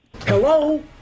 Hello